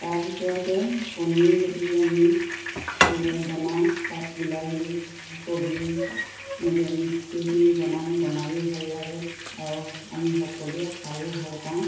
তাৰ ভিতৰতে কণীও যদি আমি বনাওঁ তাঁত বিলাহী কবি এনেকৈ মিক্স কৰি পিনি বনাওঁ বনায়ো ভাল লাগে আৰু আমি সকলোৱে খায়ো ভাল পাওঁ